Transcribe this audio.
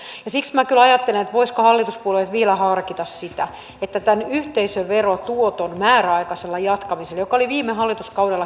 siksi minä kyllä ajattelen että voisivatko hallituspuolueet vielä harkita yhteisöverotuoton osalta korotuksen määräaikaista jatkamista joka oli viime hallituskaudella käytössä